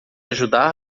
ajudar